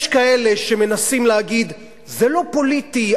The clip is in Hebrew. יש כאלה שמנסים להגיד: זה לא פוליטי,